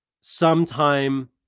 sometime